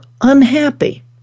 unhappy